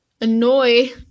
annoy